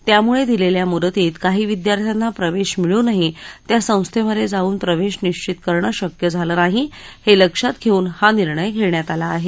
त्यामुळे दिलेल्या मुदतीत काही विद्यार्थ्यांना प्रवेश मिळूनही त्या संस्थेमध्ये जाऊन प्रवेश निश्वित करणं शक्य झालं नाही हे लक्षात घेऊन हा निर्णय घेण्यात आला आहे